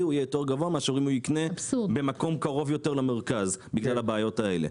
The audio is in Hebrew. יהיה יותר גבוה מאשר אם יקנה במקום קרוב יותר למרכז בגלל הבעיות האלה.